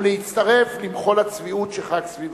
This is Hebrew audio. ולהצטרף למחול הצביעות שחג סביבה.